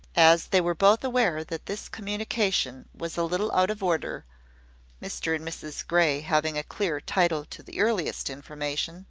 as they were both aware that this communication was a little out of order mr and mrs grey having a clear title to the earliest information